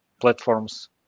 platforms